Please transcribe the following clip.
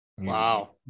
Wow